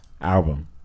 album